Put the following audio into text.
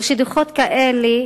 ושדוחות כאלה,